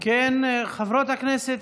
חברות הכנסת,